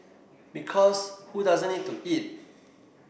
because who doesn't need to eat